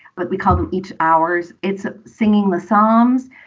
but we call them each hours. it's singing the psalms,